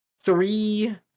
three